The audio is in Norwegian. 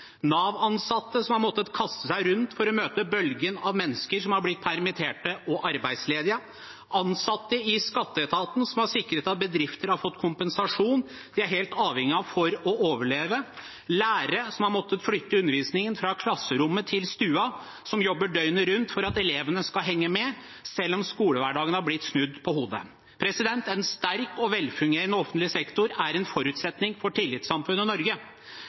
som har måttet kaste seg rundt for å møte bølgen av mennesker som har blitt permittert og arbeidsledige ansatte i skatteetaten, som har sikret at bedrifter har fått kompensasjon som de er helt avhengige av for å overleve lærere, som har måttet flytte undervisningen fra klasserommet til stua, og som jobber døgnet rundt for at elevene skal henge med selv om skolehverdagen har blitt snudd på hodet En sterk og velfungerende offentlig sektor er en forutsetning for tillitssamfunnet Norge